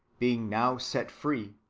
being now set free,